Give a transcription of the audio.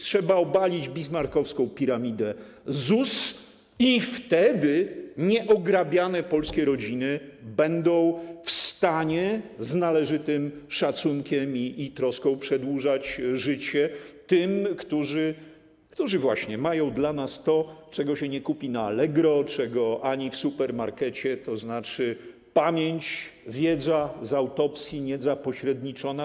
Trzeba obalić bismarckowską piramidę ZUS i wtedy nieograbiane polskie rodziny będą w stanie z należytym szacunkiem i troską przedłużać życie tym, którzy właśnie mają dla nas to, czego się nie kupi na Allegro ani w supermarkecie, to znaczy pamięć, wiedzę z autopsji, niezapośredniczoną.